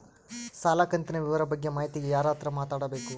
ಸಾಲ ಕಂತಿನ ವಿವರ ಬಗ್ಗೆ ಮಾಹಿತಿಗೆ ಯಾರ ಹತ್ರ ಮಾತಾಡಬೇಕು?